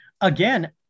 again